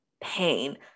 pain